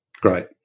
Great